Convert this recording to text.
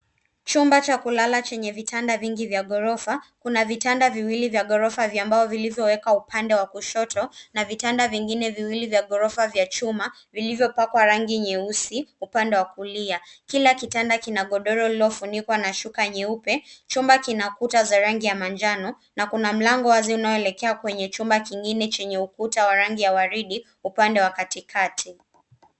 Chumba cha kulala chenye vitanda vingi vya ghorofa. Kuna vitanda viwili vya ghorofa vya mbao vilivyowekwa upande wa kushoto na vitanda vingine viwili vya ghorofa vya chuma vilivyopakwa rangi nyeusi upande wa kulia. Kila kitanda kina godoro lililofunikwa na shuka nyeupe. Chumba kina ukuta wa rangi wa manjano na kuna mlango wazi unaoelekea kwenye chumba kingine chenye ukuta wa rangi ya waridi upande wa katikati.